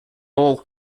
all